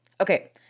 Okay